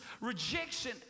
rejection